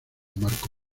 marko